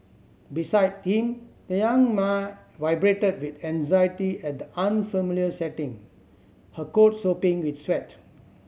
beside him the young mare vibrated with anxiety at the unfamiliar setting her coat sopping with sweat